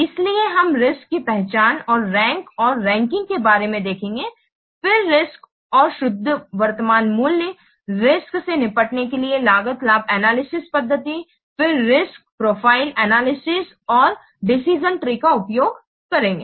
इसलिए हम रिस्क्स की पहचान और रैंक और रैंकिंग के बारे में देखेंगे फिर रिस्क्स और शुद्ध वर्तमान मूल्य रिस्क्स से निपटने के लिए लागत लाभ एनालिसिस पद्धति फिर रिस्क्स प्रोफाइल एनालिसिस और डिसीजन ट्री का उपयोग करेंगे